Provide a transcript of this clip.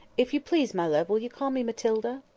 if you please, my love, will you call me matilda?